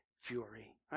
fury